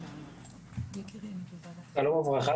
שלום וברכה.